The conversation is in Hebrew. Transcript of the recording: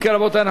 רבותי.